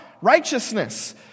Righteousness